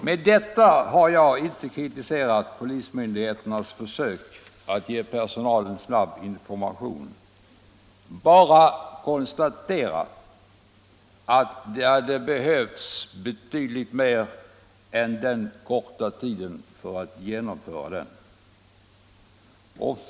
Med detta har jag inte kritiserat polismyndigheternas försök att ge personalen snabb information; jag har bara konstaterat att det hade behövts betydligt mer än denna korta tid för att genomföra den.